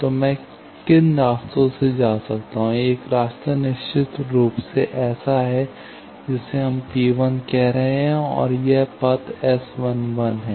तो मैं किन रास्तों से जा सकता हूं एक रास्ता निश्चित रूप से ऐसा है जिसे हम P1 कह रहे हैं और यह पथ S11 है